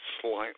slightly